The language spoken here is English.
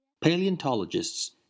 Paleontologists